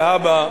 להבא,